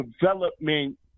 development